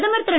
பிரதமர் திரு